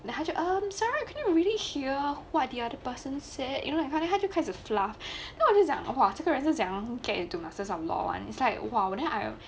then 他就 um I'm sorry I couldnt really hear what the other person said you know then 他就开始 fluff !wah! 我就讲的话 !wah! 这个人是讲是怎么样 get into masters of law one its like then I